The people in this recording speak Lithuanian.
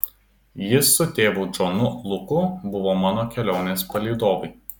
jis su tėvu džonu luku buvo mano kelionės palydovai